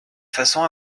façon